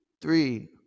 three